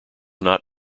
not